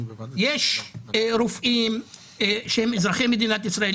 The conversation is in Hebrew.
יש רופאים שהם אזרחי מדינת ישראל,